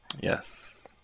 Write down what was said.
Yes